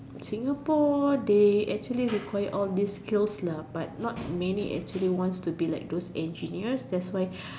Singapore they actually require all these skills lah but not many actually wants to be like those engineers that's why